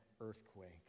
earthquake